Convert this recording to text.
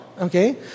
Okay